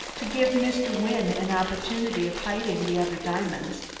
to give mr. wynne an opportunity of hiding the other diamonds,